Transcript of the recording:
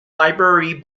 library